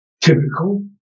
Typical